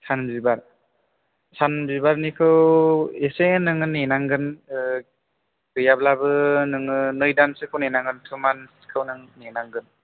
सान बिबार सान बिबारनिखौ एसे नोङो नेनांगोन गैयाब्लाबो नोङो नै दानसोखौ नेनांगोन थु मान्थससोखौ नों नेनांगोन